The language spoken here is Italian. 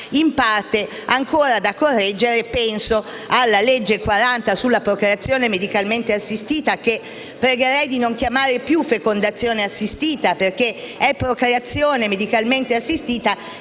in parte ancora da correggere - penso alla legge n. 40 del 2004 sulla procreazione medicalmente assistita, che pregherei di non chiamare più sulla fecondazione assistita perché si tratta di procreazione medicalmente assistita